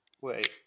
Wait